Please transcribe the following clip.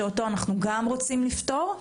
שגם אותו אנחנו רוצים לפתור.